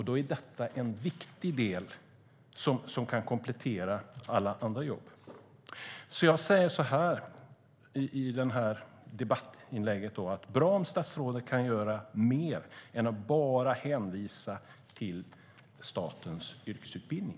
Då är detta en viktig del som kan komplettera andra jobb. Jag vill med det här debattinlägget framhålla att det är bra om statsrådet kan göra mer än att bara hänvisa till statens yrkesutbildning.